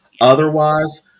Otherwise